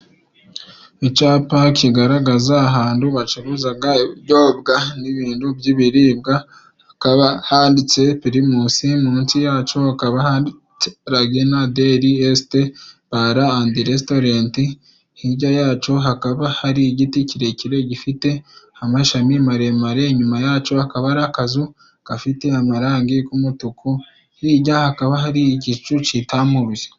Icapa kigaragaza ahantu bacuruzaga ibinyobwa n'ibintu by'ibiribwa haba handitse pirimusi munsi yacu hakaba handitse bare endi resitorenti hirya yacu hakaba hari igiti kirekire gifite amashami maremare inyuma yacu akaba ari akazu gafite amarangi k'umutuku hirya hakaba hari igicu kitamuruye